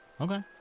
Okay